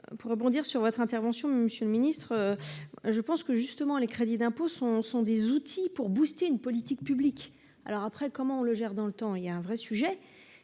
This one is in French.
Pour rebondir sur votre intervention, monsieur le Ministre. Je pense que justement les crédits d'impôts sont sont des outils pour bouster une politique publique. Alors après comment on le gère dans le temps il y a un vrai sujet.